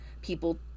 people